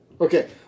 Okay